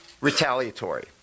retaliatory